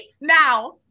now